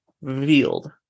revealed